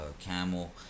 Camel